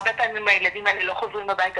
הרבה פעמים הילדים האלה לא חוזרים הביתה